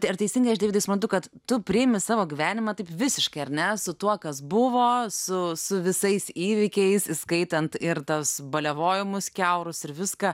tai ar teisingai aš deividai suprantu kad tu priimi savo gyvenimą taip visiškai ar ne su tuo kas buvo su su visais įvykiais įskaitant ir tuos baliavojimus kiaurus ir viską